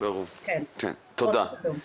תודה.